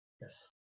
yes